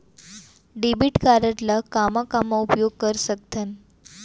Debit card ला कामा कामा उपयोग कर सकथन?